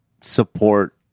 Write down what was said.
support